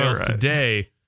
today